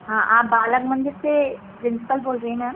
हाँ आप बालक मंदिर से प्रिंसिपल बोल रहीं हैं मैम